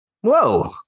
Whoa